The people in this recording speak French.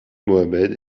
mohammed